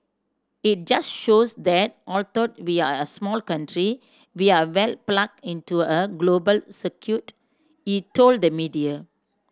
it just shows that although we're a small country we're well plugged into a global circuit he told the media